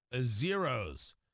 zeros